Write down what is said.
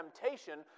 temptation